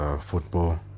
football